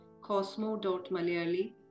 cosmo.malayali